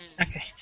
Okay